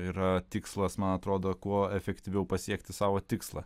yra tikslas man atrodo kuo efektyviau pasiekti savo tikslą